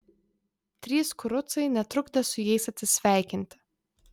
trys kurucai netrukdė su jais atsisveikinti